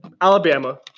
Alabama